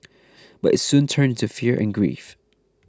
but it soon turned into fear and grief